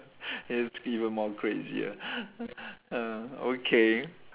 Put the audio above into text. it's even more crazier ah okay